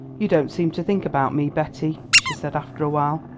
you don't seem to think about me, betty, she said, after a while.